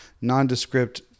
nondescript